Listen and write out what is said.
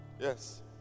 Yes